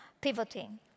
pivoting